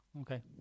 Okay